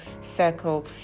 circle